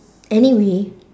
anyway